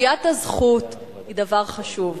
קביעת הזכות היא דבר חשוב.